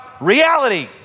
reality